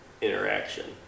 interaction